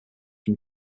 from